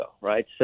right